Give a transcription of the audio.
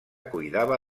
cuidava